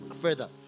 further